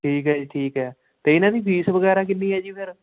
ਠੀਕ ਹੈ ਜੀ ਠੀਕ ਹੈ ਅਤੇ ਇਹਨਾਂ ਦੀ ਫ਼ੀਸ ਵਗੈਰਾ ਕਿੰਨੀ ਹੈ ਜੀ ਫਿਰ